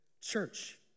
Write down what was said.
church